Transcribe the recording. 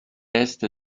est